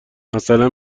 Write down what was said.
مثلا